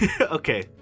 Okay